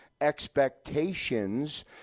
expectations